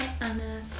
Anna